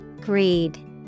Greed